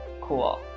cool